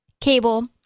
cable